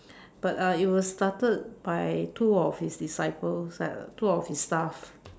but uh it was started by two of his disciples like two of his staff